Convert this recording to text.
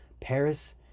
paris